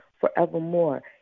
forevermore